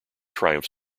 triumph